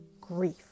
grief